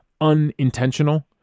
unintentional